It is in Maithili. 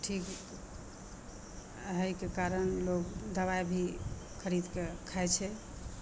ठीक अइ ओहिके कारण लोग दबाइ भी खरीद कए खाइ छै